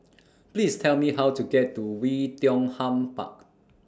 Please Tell Me How to get to Wei Tiong Ham Park